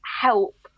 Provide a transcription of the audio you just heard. help